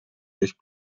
durch